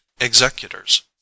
executors